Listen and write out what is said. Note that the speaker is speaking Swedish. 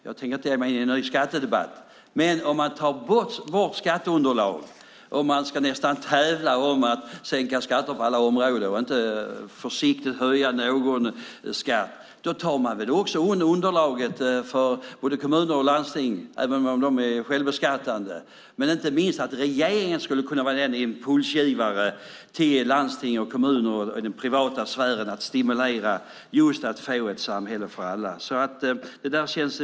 Jag tänker inte ge mig in i en skattedebatt, men tar man bort skatteunderlag och nästan tävlar om att sänka skatter på alla områden och inte försiktigt höja någon skatt tar man bort underlaget för kommuner och landsting, även om de är självbeskattande. Regeringen skulle i stället kunna vara en stimulansgivare till landsting, kommuner och den privata sfären i syfte att få ett samhälle för alla.